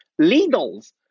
legals